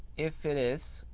if it is,